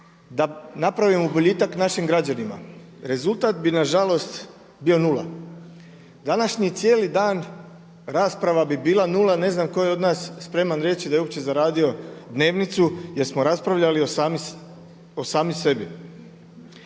da napravimo boljitak našim građanima. Rezultat bi nažalost bio nula. Današnji cijeli dan rasprava bi bila nula jer ne znam tko je od nas spreman reći da je uopće zaradio dnevnicu jer smo raspravljali o sami sebi.